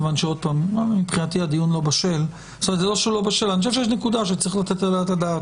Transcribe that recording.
מכיוון שאני חושב שיש נקודה שאני חושב שצריך לתת עליה את הדעת,